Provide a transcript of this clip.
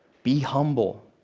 be humble.